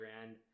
grand